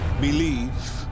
believe